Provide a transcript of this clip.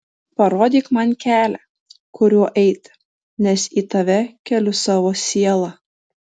parodyk man kelią kuriuo eiti nes į tave keliu savo sielą